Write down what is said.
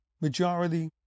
majority